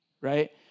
right